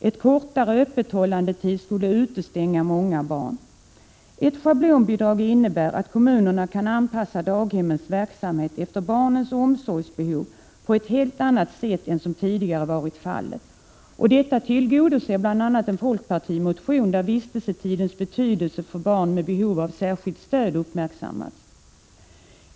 En kortare öppethållandetid skulle utestänga många barn. Ett schablonbidrag innebär att kommunerna kan anpassa daghemmens verksamhet efter barnens omsorgsbehov på ett helt annat sätt än som tidigare varit fallet. Detta tillgodoser bl.a. en folkpartimotion, där vistelsetidens betydelse för barn med behov av särskilt stöd uppmärksammats.